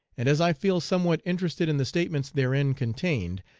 and as i feel somewhat interested in the statements therein contained,